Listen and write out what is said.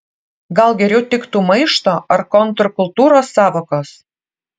gal geriau tiktų maišto ar kontrkultūros sąvokos